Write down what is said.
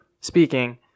speaking